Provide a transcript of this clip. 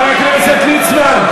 חבר הכנסת ליצמן.